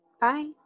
Bye